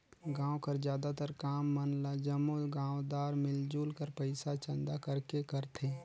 गाँव कर जादातर काम मन ल जम्मो गाँवदार मिलजुल कर पइसा चंदा करके करथे